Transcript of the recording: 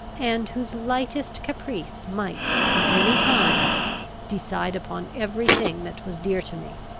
and whose lightest caprice might at any time decide upon every thing that was dear to me.